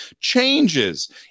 changes